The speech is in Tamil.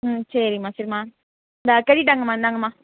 ம் சரிம்மா சரிமா இந்தா கட்டிவிட்டாங்கம்மா இந்தாங்கம்மா